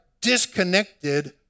disconnected